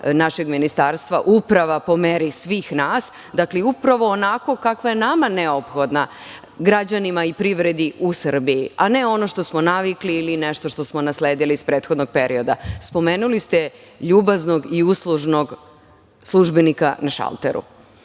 našeg ministarstva - uprava po meri svih nas. Dakle, upravo onakva kakva je nama neophodna, građanima i privredi u Srbiji, a ne ono što smo navikli ili nešto što smo nasledili iz prethodnog perioda. Spomenuli ste ljubaznog i uslužnog službenika na šalteru.